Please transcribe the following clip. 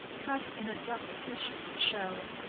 cut in a duskish shell,